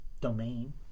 domain